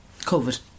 Covid